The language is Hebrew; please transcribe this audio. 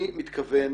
אני מתכוון